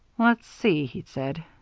let's see, he said,